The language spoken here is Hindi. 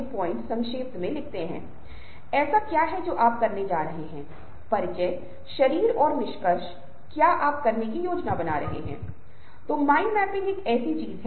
इसलिए एक पूरक के रूप में विजुअल का एक और महत्वपूर्ण पहलू है जिसे तलाशने की आवश्यकता है और हम आगे बढ़ते हुए विस्तृत तरीके से करेंगे